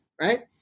right